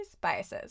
Biases